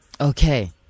Okay